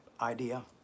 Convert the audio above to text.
idea